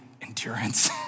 endurance